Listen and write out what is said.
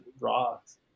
rocks